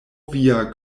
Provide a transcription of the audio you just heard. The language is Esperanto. via